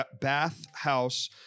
bathhouse